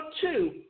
two